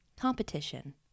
competition